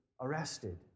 arrested